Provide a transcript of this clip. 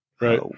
Right